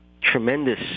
tremendous